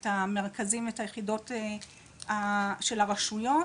את המרכזים ואת היחידות של הרשויות